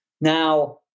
Now